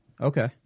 Okay